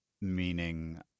meaning